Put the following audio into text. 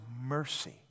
mercy